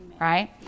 Right